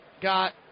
got